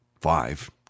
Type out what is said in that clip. Five